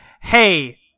hey